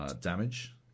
damage